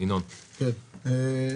שלום.